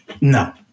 No